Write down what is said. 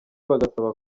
bagasaba